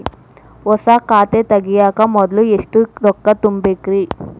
ಹೊಸಾ ಖಾತೆ ತಗ್ಯಾಕ ಮೊದ್ಲ ಎಷ್ಟ ರೊಕ್ಕಾ ತುಂಬೇಕ್ರಿ?